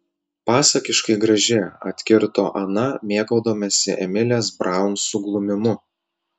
pasakiškai graži atkirto ana mėgaudamasi emilės braun suglumimu